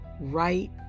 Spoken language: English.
right